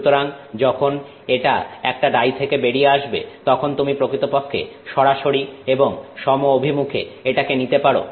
সুতরাং যখন এটা একটা ডাই থেকে বেরিয়ে আসবে তখন তুমি প্রকৃতপক্ষে সরাসরি এবং সমঅভিমুখে এটাকে নিতে পারো